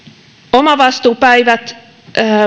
omavastuupäivät